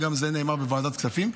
וזה גם נאמר בוועדת כספים,